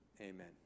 Amen